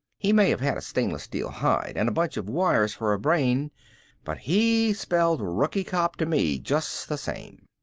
he may have had a stainless steel hide and a bunch of wires for a brain but he spelled rookie cop to me just the same.